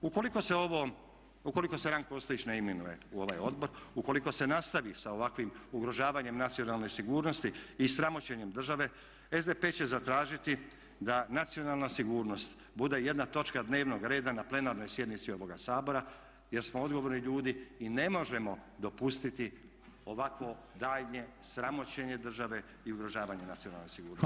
Ukoliko se ovo, ukoliko se Ranko Ostojić ne imenuje u ovaj odbor, ukoliko se nastavi sa ovakvim ugrožavanjem nacionalne sigurnosti i sramoćenjem države SDP će zatražiti da nacionalna sigurnost bude jedna točka dnevnog reda na plenarnoj sjednici ovoga Sabora jer smo odgovorni ljudi i ne možemo dopustiti ovakvo daljnje sramoćenje države i ugrožavanje nacionalne sigurnosti.